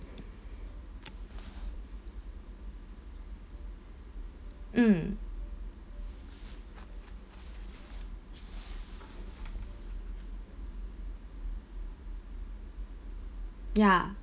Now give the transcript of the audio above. mm ya